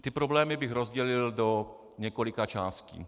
Ty problémy bych rozdělil do několika částí.